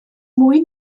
mwy